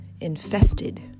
infested